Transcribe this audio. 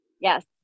Yes